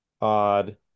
odd